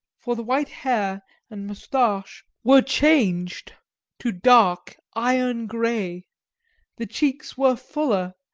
for the white hair and moustache were changed to dark iron-grey the cheeks were fuller,